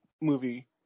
movie